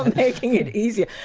making it easier.